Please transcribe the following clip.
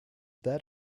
that